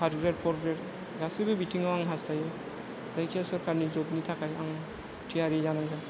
थार्द grade fourth grade गासैबो बिथिंआव आं हास्थायो जायखिजाया सोरखारनि जबनि थाखाय आं थियारि जानांगोन